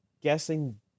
guessing